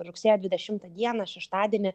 rugsėjo dvidešimtą dieną šeštadienį